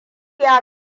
ya